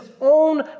own